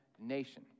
nation